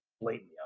blatantly